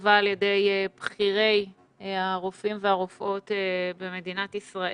שנכתבה על ידי בכירי הרופאים והרופאות במדינת ישראל.